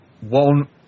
One